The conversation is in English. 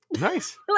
Nice